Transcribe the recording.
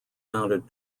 mounted